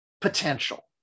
potential